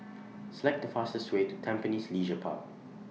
Select The fastest Way to Tampines Leisure Park